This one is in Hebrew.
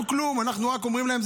אנחנו כלום, אנחנו רק אומרים להם.